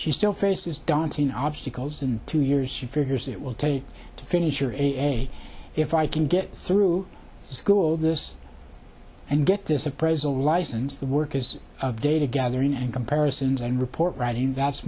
she still faces daunting obstacles in two years she figures it will take to finish or a a if i can get through school this and get this appraisal license the work is of data gathering and comparisons and report writing that's